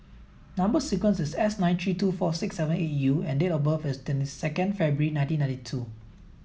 number sequence is S nine three two four six seven eight U and date of birth is twenty second February nineteen ninety two